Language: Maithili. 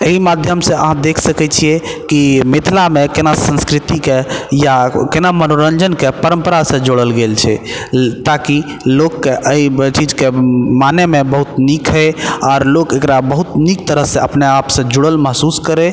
एहि माध्यम से अहाँ देख सकैत छियै कि मिथिलामे केना संस्कृतिके या केना मनोरञ्जनके परम्परा से जोड़ल गेल छै ताकि लोकके एहि चीजके मानैमे बहुत नीक होइ आर लोक एकरा बहुत नीक तरह से अपना आप से जुड़ल महसूस करै